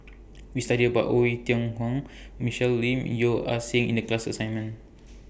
We studied about Oei Tiong Ham Michelle Lim Yeo Ah Seng in The class assignment